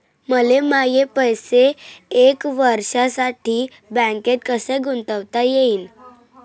मले माये पैसे एक वर्षासाठी बँकेत कसे गुंतवता येईन?